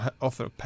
offer